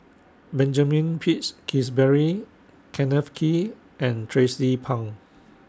Benjamin Peach Keasberry Kenneth Kee and Tracie Pang